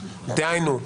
דהיינו,